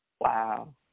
Wow